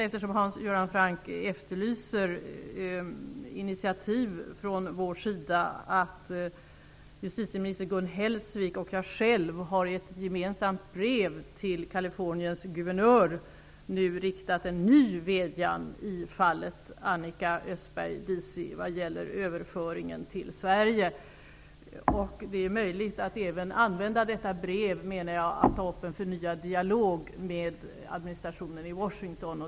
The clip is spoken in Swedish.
Eftersom Hans Göran Franck efterlyser initiativ från vår sida vill jag berätta att justitieminister Gun Hellsvik och jag själv i ett gemensamt brev till Kaliforniens guvernör nu har riktat en ny vädjan i fallet Annika Östberg vad gäller överföringen till Det är möjligt att även använda detta brev för att ta upp en förnyad dialog med administrationen i Washington.